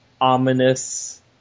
ominous